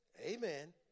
Amen